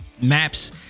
maps